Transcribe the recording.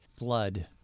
Blood